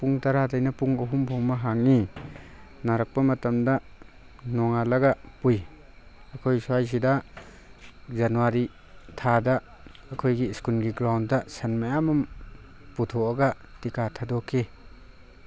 ꯄꯨꯡ ꯇꯔꯥꯗꯒꯤꯅ ꯄꯨꯡ ꯑꯍꯨꯝꯐꯥꯎ ꯑꯃ ꯍꯥꯡꯉꯤ ꯅꯥꯔꯛꯄ ꯃꯇꯝꯗ ꯅꯣꯡꯉꯥꯜꯂꯒ ꯄꯨꯏ ꯑꯩꯈꯣꯏ ꯁ꯭ꯋꯥꯏꯁꯤꯗ ꯖꯅꯋꯥꯔꯤ ꯊꯥꯗ ꯑꯩꯈꯣꯏꯒꯤ ꯁ꯭ꯀꯨꯜꯒꯤ ꯒ꯭ꯔꯥꯎꯟꯗ ꯁꯟ ꯃꯌꯥꯝ ꯑꯃ ꯄꯨꯊꯣꯛꯑꯒ ꯇꯤꯀꯥ ꯊꯥꯗꯣꯛꯈꯤ